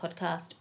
podcast